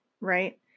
right